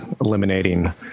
eliminating